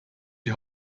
die